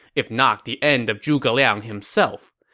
if not the end of zhuge liang himself.